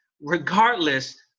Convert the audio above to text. regardless